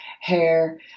hair